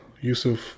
Yusuf